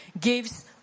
gives